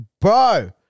bro